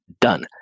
done